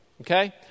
okay